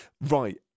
Right